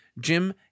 Jim